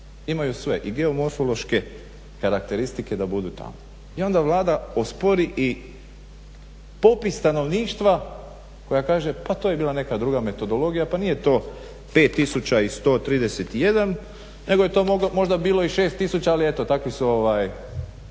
Imaju sve i geomorfološke karakteristike da budu tamo. I onda Vlada ospori i popis stanovništva koja kaže pa to je bila neka druga metodologija, pa nije to 5 tisuća i 131 nego je to bilo možda i 6 tisuća ali eto takva su pravila